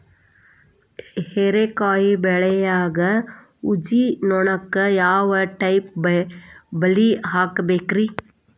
ಹೇರಿಕಾಯಿ ಬೆಳಿಯಾಗ ಊಜಿ ನೋಣಕ್ಕ ಯಾವ ಟೈಪ್ ಬಲಿ ಹಾಕಬೇಕ್ರಿ?